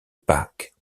pâques